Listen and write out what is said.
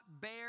bear